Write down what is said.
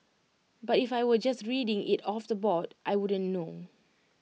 but if I were just reading IT off the board I wouldn't know